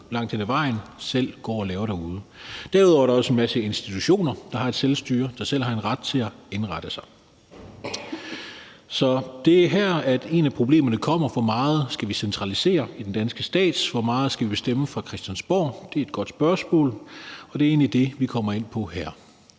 langt hen ad vejen selv går og laver derude. Derudover er der også en masse institutioner, der har et selvstyre og selv har en ret til at indrette sig. Så det er her, et af problemerne kommer: Hvor meget skal vi centralisere i den danske stat? Hvor meget skal vi bestemme fra Christiansborg? Det er et godt spørgsmål, og det er egentlig det, vi kommer ind på her.